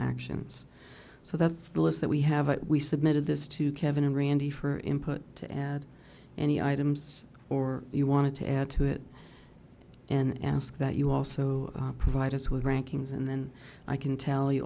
actions so that's the list that we have we submitted this to kevin and randy for input to add any items or you wanted to add to it and ask that you also provide us with rankings and then i can tell you